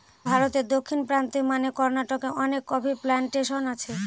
ভারতে দক্ষিণ প্রান্তে মানে কর্নাটকে অনেক কফি প্লানটেশন আছে